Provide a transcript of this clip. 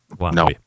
no